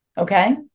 okay